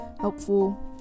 helpful